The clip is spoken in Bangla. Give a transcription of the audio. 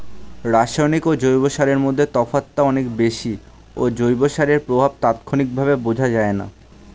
রাসায়নিক ও জৈব সারের মধ্যে তফাৎটা অনেক বেশি ও জৈব সারের প্রভাব তাৎক্ষণিকভাবে বোঝা যায়না